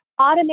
automate